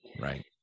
Right